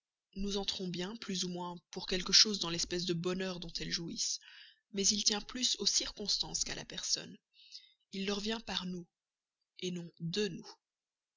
nous entrons bien plus ou moins pour quelque chose dans l'espèce de bonheur dont elles jouissent mais il tient plus aux circonstances qu'à la personne il leur vient par nous non de nous